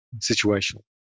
situation